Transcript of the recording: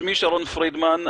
שמי שרון פרידמן,